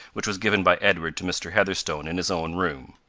which was given by edward to mr. heatherstone in his own room.